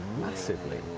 massively